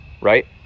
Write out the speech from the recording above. right